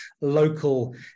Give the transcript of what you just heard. local